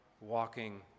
walking